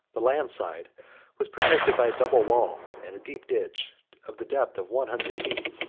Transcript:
the land side was protected by a double wall, and a deep ditch of the depth of one hundred feet.